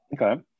Okay